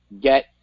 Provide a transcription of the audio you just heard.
get